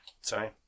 Sorry